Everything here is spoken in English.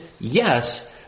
Yes